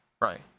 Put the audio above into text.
Right